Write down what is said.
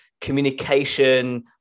communication